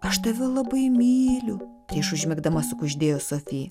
aš tave labai myliu prieš užmigdama sukuždėjo sofi